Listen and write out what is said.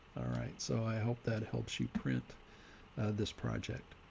all right. so i hope that helps you print this project.